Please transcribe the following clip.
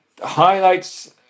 Highlights